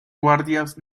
guardias